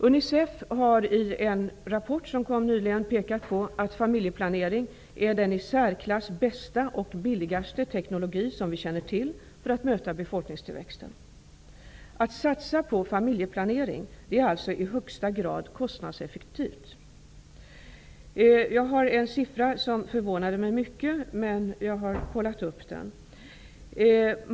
Unicef har nyligen i en rapport pekat på att familjeplanering är den i särklass bästa och billigaste teknologi som vi känner till för att möta befolkningstillväxten. Att satsa på familjeplanering är alltså i högsta grad kostnadseffektivt. Jag har fått en siffra som förvånade mig mycket, men jag har kollat upp saken.